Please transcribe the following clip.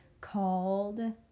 called